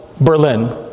Berlin